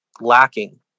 lacking